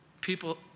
People